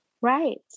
Right